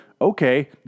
okay